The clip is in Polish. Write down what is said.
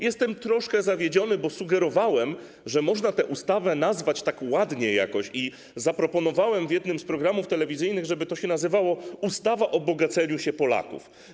Jestem troszkę zawiedziony, bo sugerowałem, że można tę ustawę nazwać tak jakoś ładnie, i zaproponowałem w jednym z programów telewizyjnych, żeby to się nazywało ustawa o bogaceniu się Polaków.